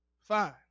fine